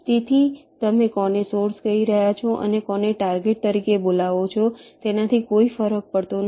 તેથી તમે કોને સોર્સ કહી રહ્યા છો અને કોને ટાર્ગેટ તરીકે બોલાવો છો તેનાથી કોઈ ફરક પડતો નથી